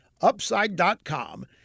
Upside.com